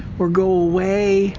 or go away?